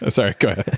ah sorry go ahead